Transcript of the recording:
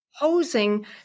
Posing